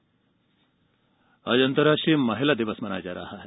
अंतर्राष्ट्रीय महिला दिवस आज अंतर्राष्ट्रीय महिला दिवस मनाया जा रहा है